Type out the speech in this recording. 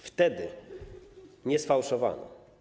Wtedy nie sfałszowano.